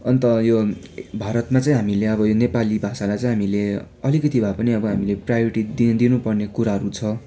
अन्त यो भारतमा चाहिँ हामीले अब यो नेपाली भाषालाई चाहिँ हामीले अलिकति भए पनि अब हामीले प्रायोरिटी चाहिँ दिनु पर्ने कुराहरू छ